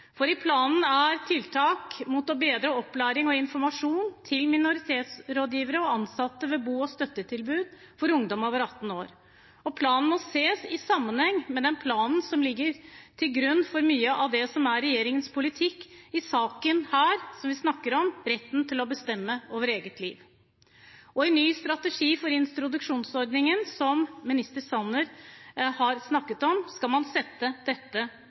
I planen er det tiltak for å bedre opplæring og informasjon til minoritetsrådgivere og ansatte ved bo- og støttetilbud for ungdom over 18 år. Planen må ses i sammenheng med den planen som ligger til grunn for mye av det som er regjeringens politikk i saken vi nå snakker om, «Retten til å bestemme over eget liv». Og i ny strategi for introduksjonsordningen, som statsråd Sanner har snakket om, skal man på ny sette dette